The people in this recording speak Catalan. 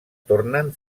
tornen